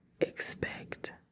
expect